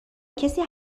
کسی